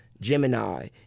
Gemini